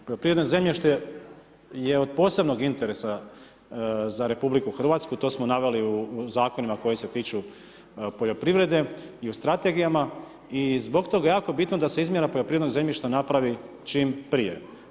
Poljoprivredno zemljište je od posebnog interesa za RH, to smo naveli u zakonima koji se tiču poljoprivrede i u strategijama i zbog toga je jako bitno da se izmjera poljoprivrednog zemljišta napravi čim prije.